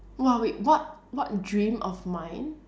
!wah! wait what what dream of mine